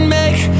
make